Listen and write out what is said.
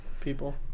people